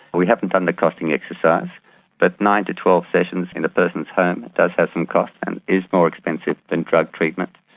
we haven't done the costing exercise but nine to twelve sessions in a person's home does have some cost and is more expensive than drug treatment.